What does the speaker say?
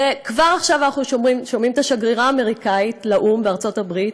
כבר עכשיו אנחנו שומעים את השגרירה האמריקאית לאו"ם בארצות הברית